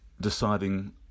deciding